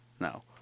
No